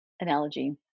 analogy